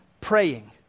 praying